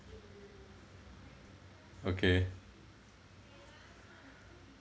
okay